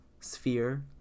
sphere